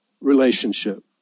relationship